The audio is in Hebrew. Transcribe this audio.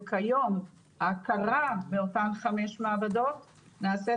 וכיום ההכרה באותן חמש מעבדות נעשית